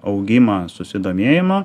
augimą susidomėjimo